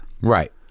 Right